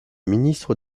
ministre